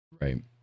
Right